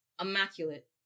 immaculate